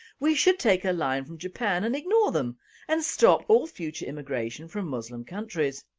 we should take a line from japan and ignore them and stop all future immigration from muslim countries.